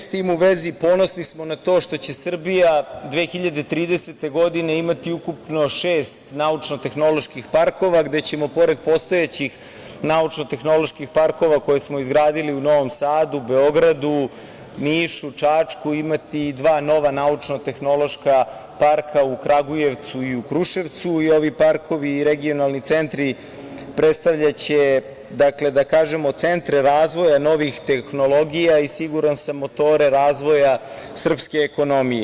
S tim u vezi ponosni smo na to što će Srbija 2030. godine imati ukupno šest naučno-tehnoloških parkova, gde ćemo pored postojećih naučno-tehnoloških parkova koje smo izgradili u Novom Sadu, Beogradu, Nišu, Čačku imati dva nova naučno-tehnološka parka u Kragujevcu i u Kruševcu i ovi parkovi i regionalni centri predstavljaće, da kažemo centre razvoja novih tehnologija i siguran sam motore razvoja srpske ekonomije.